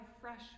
fresh